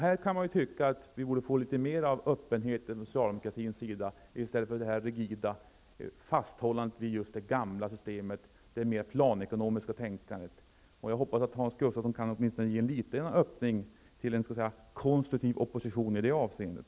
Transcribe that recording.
Man kan tycka att socialdemokraterna borde visa mera öppenhet, i stället för det rigida fasthållandet vid det gamla systemet, det mera planekonomiska tänkandet. Jag hoppas att Hans Gustafsson kan ge åtminstone en liten öppning till en konstruktiv opposition i det avseendet.